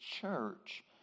church